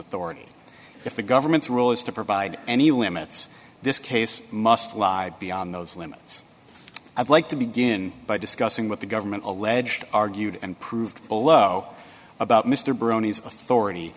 authority if the government's role is to provide any limits this case must live beyond those limits i'd like to begin by discussing what the government alleged argued and proved below about mr brownie's authority